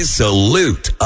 salute